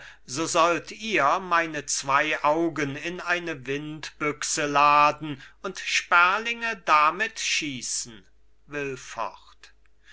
so sollt ihr meine zwei augen in eine windbüchse laden und sperlinge damit schießen will fort